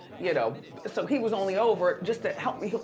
you know so he was only over just to help me.